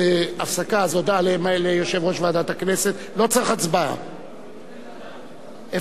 השרים, חברות וחברי הכנסת, להלן הודעה מטעם